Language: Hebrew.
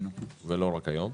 ולא רק היום.